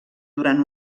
durant